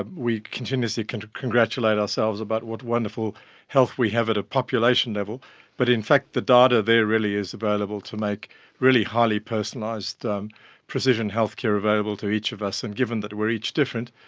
ah we continuously kind of congratulate ourselves about what wonderful health we have at a population level but in fact the data there really is available to make really highly personalised precision healthcare available to each of us. and given that we are each different,